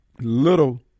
little